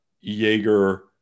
Jaeger